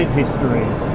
histories